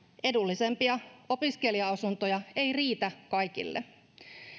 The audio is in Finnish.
edullisempia opiskelija asuntoja ei riitä kaikille